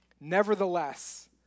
Nevertheless